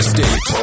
State